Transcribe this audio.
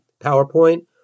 PowerPoint